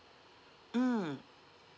mm